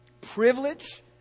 Privilege